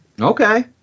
Okay